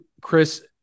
Chris